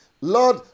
Lord